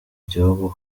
gihugu